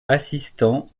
assistant